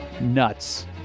Nuts